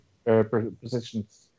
Positions